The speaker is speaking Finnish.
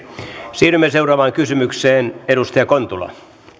siirrymme seuraavaan kysymykseen edustaja kontula